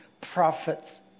prophets